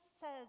says